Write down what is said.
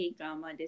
drama